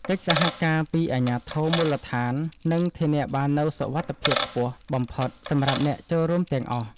កិច្ចសហការពីអាជ្ញាធរមូលដ្ឋាននឹងធានាបាននូវសុវត្ថិភាពខ្ពស់បំផុតសម្រាប់អ្នកចូលរួមទាំងអស់។